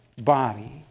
body